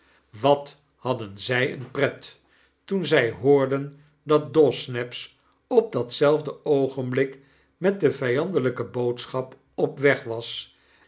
wat hadden zij een pret toen zij hoorden dat dawsnaps op datzelfde oogenblik met de vijandelijke boodschap op weg waseniedere